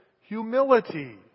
humility